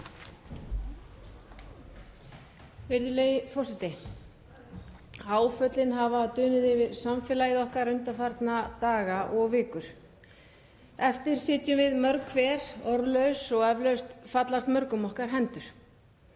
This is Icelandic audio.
Virðulegi forseti. Áföllin hafa dunið yfir samfélagið okkar undanfarna daga og vikur. Eftir sitjum við mörg hver orðlaus og eflaust fallast mörgum okkar hendur.